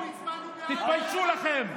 תתביישו לכם.